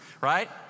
right